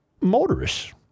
motorists